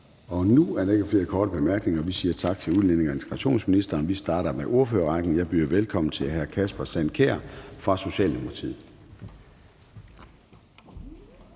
Nu er der ikke flere korte bemærkninger. Vi siger tak til udlændinge- og integrationsministeren og starter med ordførerrækken. Jeg byder velkommen til hr. Kasper Sand Kjær fra Socialdemokratiet.